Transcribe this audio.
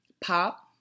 Pop